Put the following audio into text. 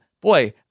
boy